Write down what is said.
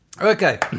Okay